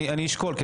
אני אשקול,